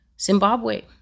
Zimbabwe